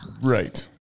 Right